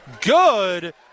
good